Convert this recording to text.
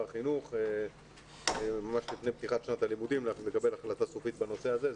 החינוך ממש לפני פתיחת שנת הלימודים ונקבל החלטה סופית בנושא הזה.